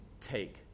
take